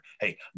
hey